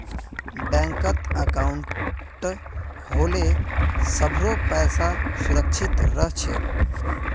बैंकत अंकाउट होले सभारो पैसा सुरक्षित रह छेक